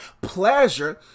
pleasure